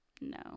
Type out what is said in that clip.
no